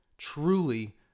Truly